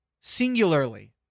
singularly